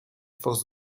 forces